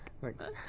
Thanks